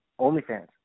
OnlyFans